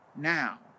now